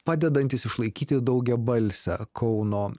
padedantis išlaikyti daugiabalsę kauno